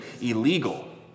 illegal